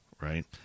right